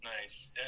Nice